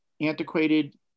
antiquated